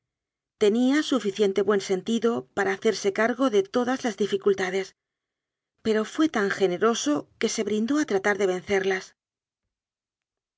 nía suficiente buen sentido para hacerse cargo ce todas las dificultades pero fué tan generoso que se brindó a tratar de vencerlas